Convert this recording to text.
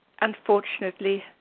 unfortunately